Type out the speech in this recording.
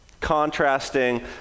contrasting